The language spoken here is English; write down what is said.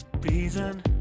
reason